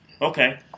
Okay